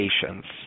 patients